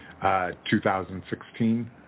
2016